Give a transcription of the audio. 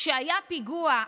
כשהיה פיגוע,